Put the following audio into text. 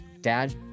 dad